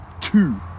two